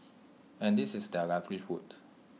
and this is their livelihood